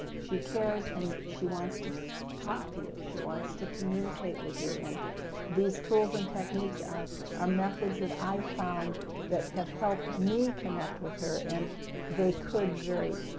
she cares, and she wants to talk to you and she wants to communicate with you. and these tools and techniques are are methods that i found that have helped me connect with her and they could very,